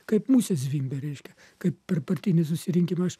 kaip musės zvimbia reiškia kaip per partinį susirinkimą aš